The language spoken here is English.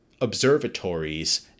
observatories